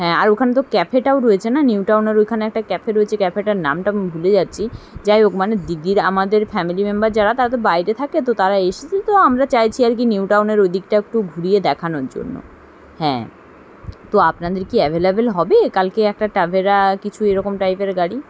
হ্যাঁ আর ওখানে তো ক্যাফেটাও রয়েছে না নিউ টাউনের ওইখানে একটা ক্যাফে রয়েছে ক্যাফেটার নামটা আমি ভুলে যাচ্ছি যাই হোক মানে দিদির আমাদের ফ্যামিলি মেম্বার যারা তারা তো বাইরে থাকে তো তারা এসেছে তো আমরা চাইছি আর কি নিউ টাউনের ওই দিকটা একটু ঘুরিয়ে দেখানোর জন্য হ্যাঁ তো আপনাদের কি অ্যাভেলেবল হবে কালকে একটা ট্রাভেরা কিছু এরকম টাইপের গাড়ি